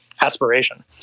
aspiration